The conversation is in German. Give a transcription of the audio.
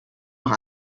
noch